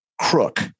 crook